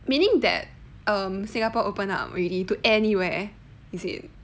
meaning that um singapore open up already to anywhere is it